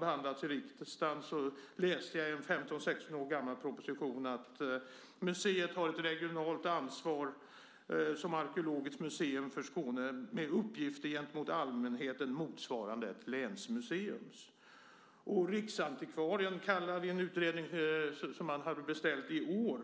Jag läste i en 15-16 år gammal proposition att museet har ett regionalt ansvar som arkeologiskt museum för Skåne med uppgift gentemot allmänheten motsvarande ett länsmuseums. Riksantikvarien kallar i en utredning beställd i år